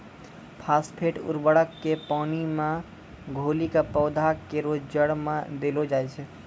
phosphate उर्वरक क पानी मे घोली कॅ पौधा केरो जड़ में देलो जाय छै